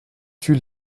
tue